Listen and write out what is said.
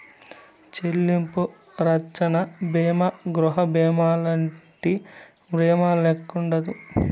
చెల్లింపు రచ్చన బీమా గృహబీమాలంటి బీమాల్లెక్కుండదు